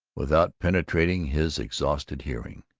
without penetrating his exhausted hearing.